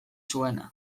zuena